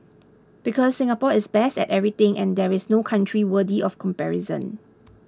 because Singapore is best at everything and there is no country worthy of comparison